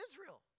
Israel